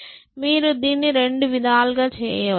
మీరు దీన్ని రెండు విధాలుగా చేయవచ్చు